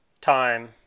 time